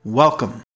welcome